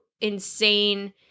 insane